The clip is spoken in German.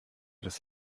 das